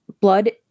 Blood